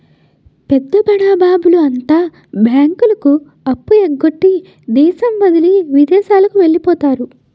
పెద్ద బడాబాబుల అంతా బ్యాంకులకు అప్పు ఎగ్గొట్టి దేశం వదిలి విదేశాలకు వెళ్లిపోతారు